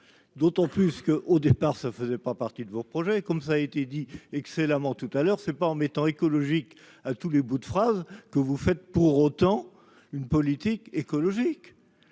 d'autant plus que au départ ça ne faisait pas partie de vos projets, comme ça a été dit excellemment tout à l'heure, c'est pas en mettant écologique à tous les bouts de phrases que vous faites pour autant une politique écologique,